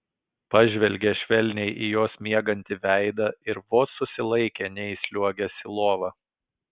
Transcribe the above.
pažvelgė švelniai į jos miegantį veidą ir vos susilaikė neįsliuogęs į lovą